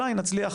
אולי נצליח